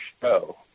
show